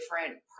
different